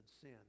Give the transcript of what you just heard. sin